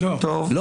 לא.